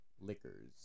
liquors